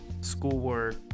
schoolwork